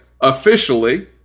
officially